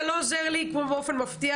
אתה לא עוזר לי ולא באופן מפתיע,